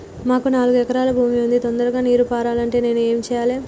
మాకు నాలుగు ఎకరాల భూమి ఉంది, తొందరగా నీరు పారాలంటే నేను ఏం చెయ్యాలే?